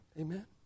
Amen